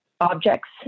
objects